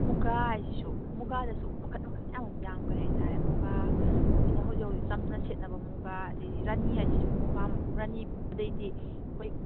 ꯃꯨꯒꯥ ꯍꯥꯏꯁꯤꯁꯨ ꯃꯨꯒꯥꯗꯁꯨ ꯃꯈꯟ ꯃꯈꯟ ꯃꯌꯥꯝ ꯑꯃ ꯌꯥꯝꯈ꯭ꯔꯦ ꯍꯥꯏꯇꯥꯔꯦ ꯃꯨꯒꯥ ꯑꯩꯈꯣꯏꯅ ꯍꯧꯖꯤꯛ ꯍꯧꯖꯤꯛ ꯆꯝꯅ ꯁꯦꯠꯅꯕ ꯃꯨꯒꯥ ꯑꯗꯩꯗꯤ ꯔꯥꯅꯤ ꯍꯥꯏꯁꯤꯁꯨ ꯃꯨꯒꯥ ꯔꯥꯅꯤ ꯑꯗꯩꯗꯤ ꯑꯩꯈꯣꯏ